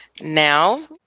Now